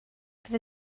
bydd